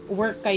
work